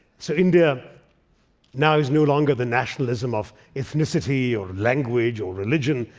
so india now is no longer the nationalism of ethnicity or language or religion,